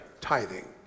tithing